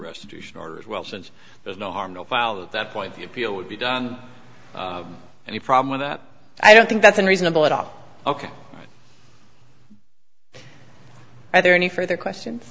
restitution order as well since there's no harm no foul at that point the appeal would be done and the problem with that i don't think that's unreasonable it up ok are there any further questions